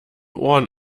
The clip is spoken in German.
ohren